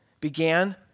began